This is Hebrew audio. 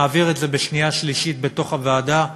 נעביר את זה בשנייה ושלישית בוועדה,